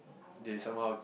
they somehow